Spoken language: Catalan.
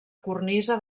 cornisa